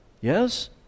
Yes